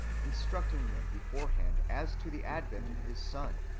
in structing men beforehand as to the advent of his son,